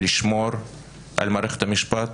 לשמור על מערכת המשפט